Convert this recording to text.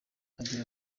agira